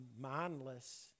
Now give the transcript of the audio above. mindless